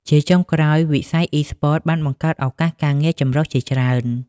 ជាចុងក្រោយ វិស័យអុីស្ព័តបានបង្កើតឱកាសការងារចម្រុះជាច្រើន។